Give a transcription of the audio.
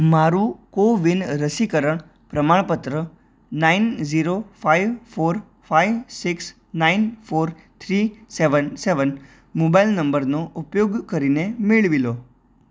મારું કોવિન રસીકરણ પ્રમાણપત્ર nine zero five four five six nine four three seven seven mobile નંબરનો ઉપયોગ કરીને મેળવી લો